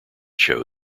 show